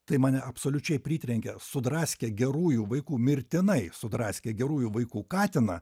tai mane absoliučiai pritrenkė sudraskė gerųjų vaikų mirtinai sudraskė gerųjų vaikų katiną